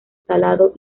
salado